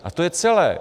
A to je celé.